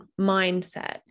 mindset